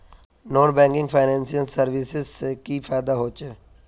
Non banking financial services से की फायदा होचे?